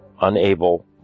unable